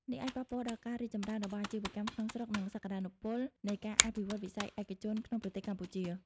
នេះអាចប៉ះពាល់ដល់ការរីកចម្រើនរបស់អាជីវកម្មក្នុងស្រុក និងសក្តានុពលនៃការអភិវឌ្ឍន៍វិស័យឯកជនក្នុងប្រទេសកម្ពុជា។